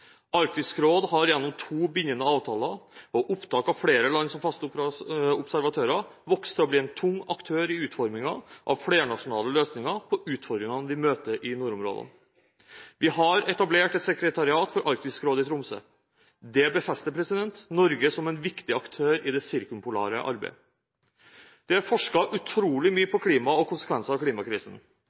Arktisk råd har gjennom to bindende avtaler og opptak av flere land som faste observatører, vokst til å bli en tung aktør i utformingen av flernasjonale løsninger på utfordringene vi møter i nordområdene. Vi har etablert et sekretariat for Arktisk råd i Tromsø. Det befester Norge som en viktig aktør i det sirkumpolare arbeidet. Det er forsket utrolig mye på klima og konsekvenser av klimakrisen.